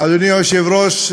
אדוני היושב-ראש,